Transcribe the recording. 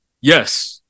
Yes